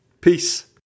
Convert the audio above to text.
Peace